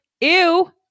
ew